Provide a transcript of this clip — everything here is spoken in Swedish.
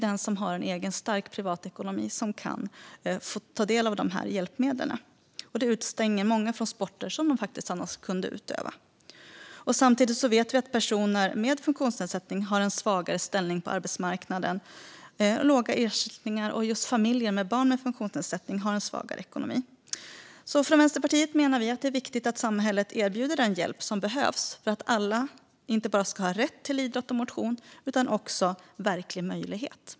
Den som har en stark privatekonomi kan ta del av hjälpmedlen, medan många utestängs från sporter som de annars kunde utöva. Samtidigt vet vi att personer med funktionsnedsättning har en svagare ställning på arbetsmarknaden och låga ersättningar och att familjer med barn med funktionsnedsättning har en svagare ekonomi. Vänsterpartiet menar att det är viktigt att samhället erbjuder den hjälp som behövs för att alla ska ha inte bara rätt till idrott och motion utan också verklig möjlighet.